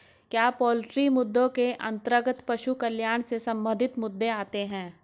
क्या पोल्ट्री मुद्दों के अंतर्गत पशु कल्याण से संबंधित मुद्दे आते हैं?